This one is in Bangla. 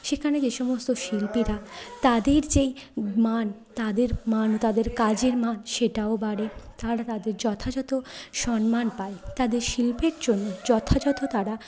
সেখানে যে সমস্ত শিল্পীরা তাদের যেই মান তাদের মান ও তাদের কাজের মান সেটাও বাড়ে তারা তাদের যথাযথ সম্মান পায় তাদের শিল্পের জন্য যথাযথ তারা